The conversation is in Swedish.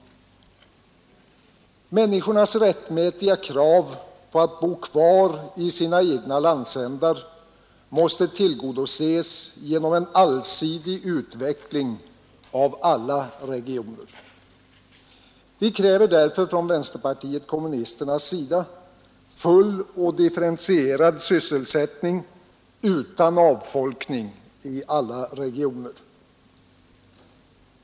Människornas rättmätiga krav på att bo kvar i sina egna landsändar måste tillgodoses genom en allsidig utveckling av alla regioner. Vi kräver därför från vänsterpartiet kommunisternas sida full och differentierad sysselsättning utan avfolkning i alla regioner.